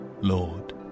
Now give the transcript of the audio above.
Lord